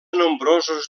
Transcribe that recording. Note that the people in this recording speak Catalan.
nombrosos